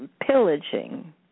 pillaging